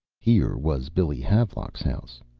here was billy havelock's house.